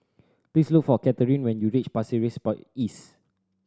please look for Kathryne when you reach Pasir Ris By East